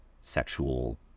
sexual